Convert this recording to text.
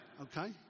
Okay